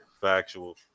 Factual